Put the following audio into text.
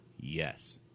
yes